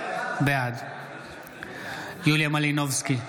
בעד יוליה מלינובסקי,